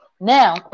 now